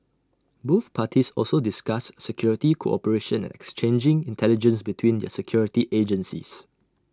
both parties also discussed security cooperation and exchanging intelligence between their security agencies